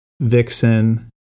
Vixen